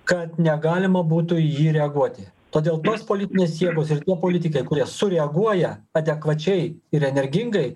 kad negalima būtų į jį reaguoti todėl tos politinės jėgos ir tie politikai kurie sureaguoja adekvačiai ir energingai